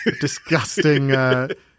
disgusting